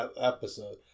episode